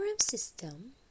system